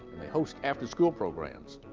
and they host after-school programs.